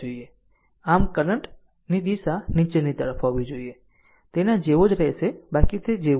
આમ કરંટ દિશા નીચેની તરફ હોવી જોઈએ તેના જેવો જ રહેશે બાકી તે જેવું જ રહેશે